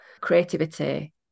creativity